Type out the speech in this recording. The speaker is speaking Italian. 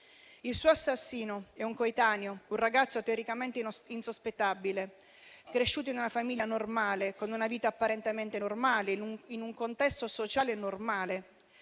Il suo assassino è un coetaneo, un ragazzo teoricamente insospettabile, cresciuto in una famiglia normale, con una vita apparentemente normale, in un contesto sociale normale.